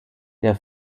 der